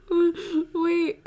Wait